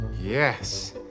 Yes